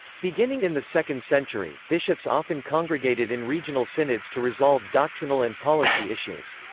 beginning in the second century, bishops often congregated in regional synods to resolve doctrinal and policy issues.